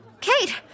Kate